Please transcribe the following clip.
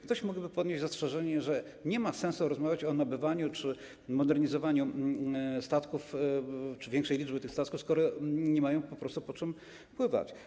Ktoś mógłby wnieść zastrzeżenie, że nie ma sensu rozmawiać o nabywaniu czy modernizowaniu statków czy większej liczby statków, skoro nie mają po prostu po czym pływać.